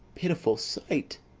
pitiful sight!